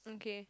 okay